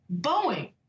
Boeing